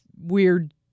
weird